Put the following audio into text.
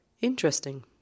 Interesting